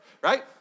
right